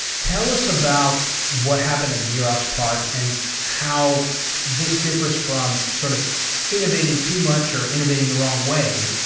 tell us about what happened at xerox parc, and how this differs from sort of innovating too much or innovating the wrong way,